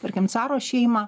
tarkim caro šeimą